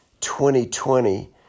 2020